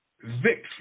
Victory